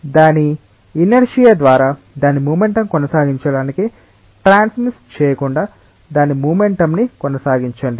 దాని ఇనర్శియ ద్వారా దాని మొమెంటం కొనసాగించడానికి ట్రాన్స్మిట్ చేయకుండా దాని మొమెంటం ని కొనసాగించండి